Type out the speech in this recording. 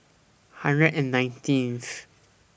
one hundred and nineteenth